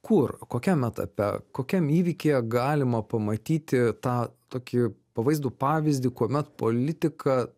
kur kokiam etape kokiam įvykyje galima pamatyti tą tokį pavaizdų pavyzdį kuomet politika